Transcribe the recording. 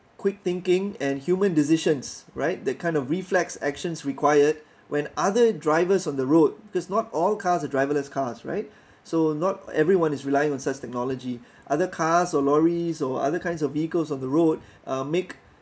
quick thinking and human decisions right that kind of reflex actions required when other drivers on the road because not all cars are driverless cars right so not everyone is relying on such technology other cars or lorries or other kinds of vehicles on the road uh make